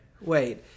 wait